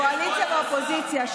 קואליציה ואופוזיציה,